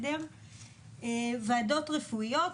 ועדות רפואיות,